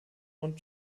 und